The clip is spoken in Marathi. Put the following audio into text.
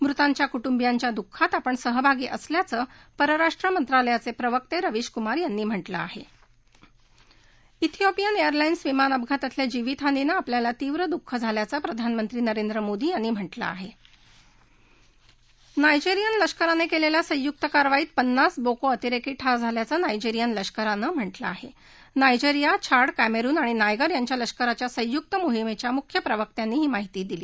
मृतांच्या कुटुंबियांच्या दुःखात आपण सहभागी असल्याचं परराष्ट्रमंत्रालयाचप्रिक्त उवीशकुमार यांनी म्हटलं आहा शियोपियन एअरलाईन्स विमान अपघातातल्या जीवितहानीनखिपल्याला तीव्र दुःख झाल्याचं प्रधानमंत्री नरेंद्र मोदी यांनी म्हटलं आहा नायजस्थिन लष्करानक्रिल्बा संयुक्त कारवाईत पन्नास बोको अतिरक्ती ठार झाल्याचं नायजस्थिन लष्करानक्रिटलं आहाज्ञायजस्थिन छाड कॅमच्छि आणि नायगर याच्या लष्कराच्या संयुक्त मोहिमध्या मुख्य प्रवक्त्यांनी ही माहिती दिली